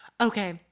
Okay